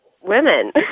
women